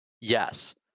yes